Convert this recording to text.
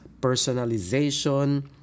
Personalization